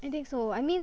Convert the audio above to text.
I think so I mean